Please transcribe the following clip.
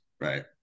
right